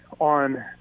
on